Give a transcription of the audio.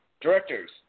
directors